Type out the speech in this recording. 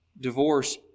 divorce